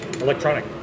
electronic